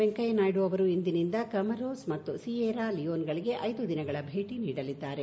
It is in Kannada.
ವೆಂಕಯ್ಯ ನಾಯ್ಡು ಅವರು ಇಂದಿನಿಂದ ಕಮರೂಸ್ ಮತ್ತು ಸಿಯೇರಾ ಲಿಯೋನ್ಗಳಿಗೆ ಐದು ದಿನಗಳ ಭೇಟಿ ನೀಡಲಿದ್ದಾರೆ